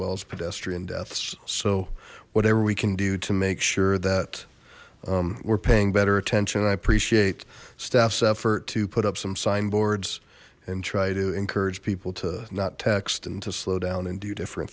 well as pedestrian deaths so whatever we can do to make sure that we're paying better attention i appreciate staffs effort to put up some sign boards and try to encourage people to not text and to slow down and do different